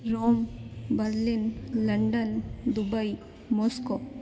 rom Berlin London Dubai Moscow